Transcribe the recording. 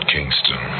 Kingston